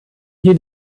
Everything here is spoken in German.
hier